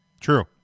True